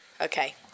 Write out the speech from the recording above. Okay